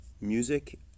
Music